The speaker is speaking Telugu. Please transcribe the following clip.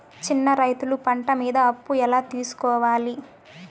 చిన్న రైతులు పంట మీద అప్పు ఎలా తీసుకోవాలి?